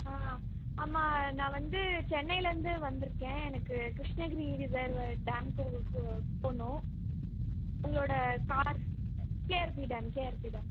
ஆ ஆமாம் நான் வந்து சென்னையிலேந்து வந்துருக்கேன் எனக்கு கிருஷ்ணகிரி ரிவர் டேம்க்கு போகனும் உங்களோட car KRP dam KRP dam